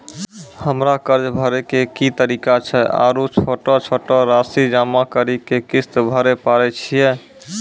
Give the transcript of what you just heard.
हमरा कर्ज भरे के की तरीका छै आरू छोटो छोटो रासि जमा करि के किस्त भरे पारे छियै?